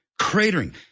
cratering